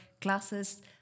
classes